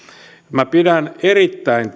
minä pidän erittäin